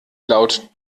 laut